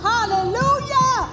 Hallelujah